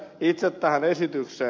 itse tähän esitykseen